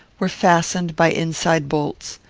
were fastened by inside bolts.